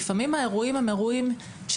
לפעמים האירועים הם קשים להגדרה: